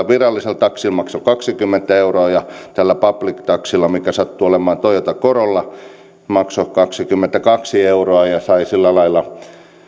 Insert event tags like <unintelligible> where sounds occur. <unintelligible> virallisella taksilla maksoi kaksikymmentä euroa ja tällä public taxilla mikä sattui olemaan toyota corolla maksoi kaksikymmentäkaksi euroa sain sillä lailla